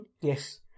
Yes